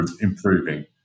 improving